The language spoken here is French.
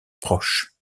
proche